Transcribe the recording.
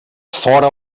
fora